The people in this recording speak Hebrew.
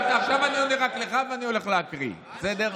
עכשיו אני עונה רק לך, ואני הולך להקריא, בסדר?